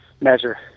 measure